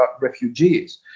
refugees